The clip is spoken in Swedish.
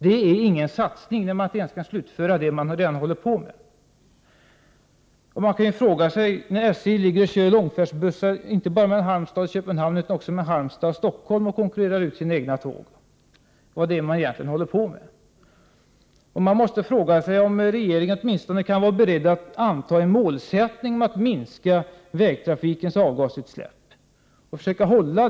Det rör sig inte om någon satsning, när man inte ens kan slutföra det som man redan har påbörjat. Man kan fråga sig vad SJ egentligen håller på med när SJ kör långfärdsbussar, inte bara mellan Halmstad och Köpenhamn utan också mellan Halmstad och Stockholm, och därmed konkurrerar ut de egna tågen. Man måste fråga sig om regeringen är beredd att åtminstone sätta som mål att minska vägtrafikens avgasutsläpp och även försöka nå det målet.